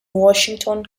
washington